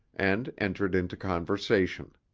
and entered into conversation.